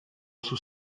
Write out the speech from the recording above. sus